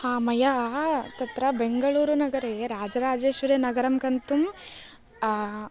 मया तत्र बेन्गळूरुनगरे तत्र रजराजेश्वरिनगरं गन्तुं